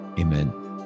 Amen